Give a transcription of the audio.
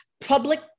Public